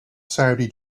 saudi